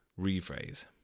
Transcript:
rephrase